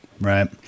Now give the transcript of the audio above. Right